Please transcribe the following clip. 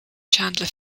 chandler